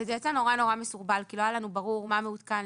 וזה יצא נורא נורא מסורבל כי לא היה לנו ברור מה מעודכן,